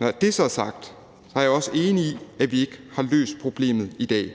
Når det så er sagt, er jeg også enig i, at vi ikke har løst problemet i dag,